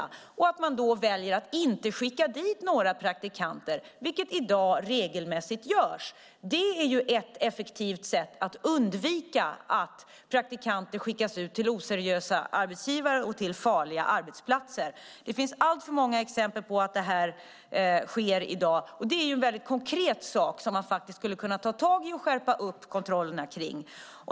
Det är viktigt att man då väljer att inte skicka dit några praktikanter, vilket i dag regelmässigt görs. Det är ett effektivt sätt att undvika att praktikanter skickas ut till oseriösa arbetsgivare och till farliga arbetsplatser. Det finns alltför många exempel på att det här sker i dag. Och detta är en konkret sak som man faktiskt skulle kunna ta tag i och skärpa kontrollerna kring.